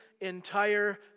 entire